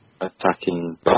attacking